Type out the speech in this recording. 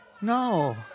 no